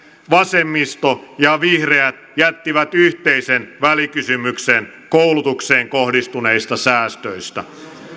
vasemmisto ja vihreät jättivät yhteisen välikysymyksen koulutukseen kohdistuneista säästöistä